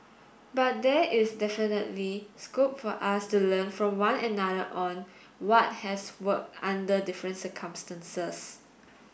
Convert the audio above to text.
but there is definitely scope for us to learn from one another on what has worked under different circumstances